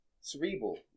Cerebral